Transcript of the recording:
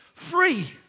Free